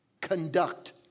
conduct